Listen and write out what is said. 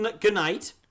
Goodnight